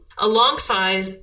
alongside